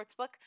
Sportsbook